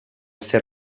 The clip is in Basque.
zer